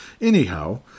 Anyhow